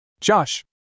Josh